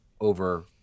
over